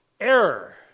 error